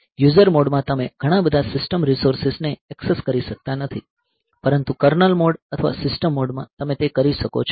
user મોડમાં તમે ઘણા બધા સિસ્ટમ રિસોર્સિસ ને ઍક્સેસ કરી શકતા નથી પરંતુ કર્નલ મોડ અથવા સિસ્ટમ મોડમાં તમે તે કરી શકો છો